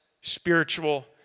spiritual